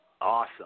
Awesome